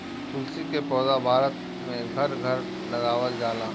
तुलसी के पौधा भारत में घर घर लगावल जाला